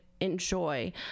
enjoy